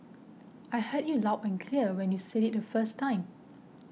I heard you loud and clear when you said it the first time